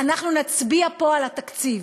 אנחנו נצביע פה על התקציב.